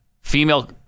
female